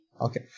Okay